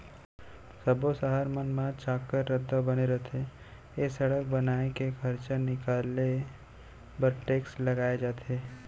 सब्बो सहर मन म चाक्कर रद्दा बने रथे ए सड़क बनाए के खरचा निकाले बर टेक्स लगाए जाथे